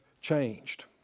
changed